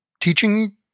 teaching